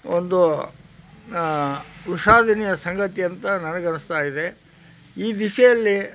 ಒಂದು ವಿಷಾದನೀಯ ಸಂಗತಿ ಅಂತ ನನಗನಿಸ್ತಾಯಿದೆ ಈ ದಿಸೆಯಲ್ಲಿ